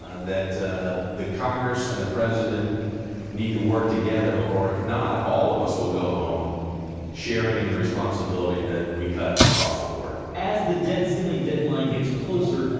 ah that the congress and the president need to work together, or, if not, all of us will go home sharing in the responsibility that we cut across the board. as the debt ceiling deadline gets closer,